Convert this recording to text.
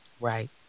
Right